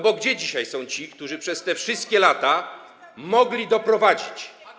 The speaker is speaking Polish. Bo gdzie są dzisiaj ci, którzy przez te wszystkie lata mogli doprowadzić.